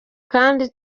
kandi